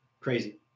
Crazy